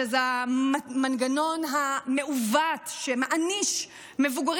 שזה המנגנון המעוות שמעניש מבוגרים